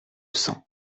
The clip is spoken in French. sang